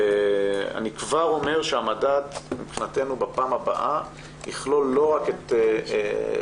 אני כבר אומר שהמדד מבחינתנו בפעם הבאה יכלול לא רק את חברות